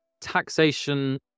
taxation